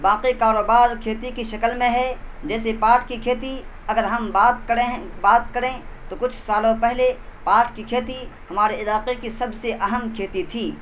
باقی کاروبار کھیتی کی شکل میں ہے جیسے پاٹ کی کھیتی اگر ہم بات کریں بات کریں تو کچھ سالوں پہلے پاٹ کی کھیتی ہمارے علاقے کی سب سے اہم کھیتی تھی